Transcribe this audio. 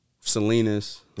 salinas